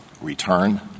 return